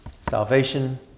Salvation